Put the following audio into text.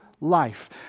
life